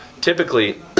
typically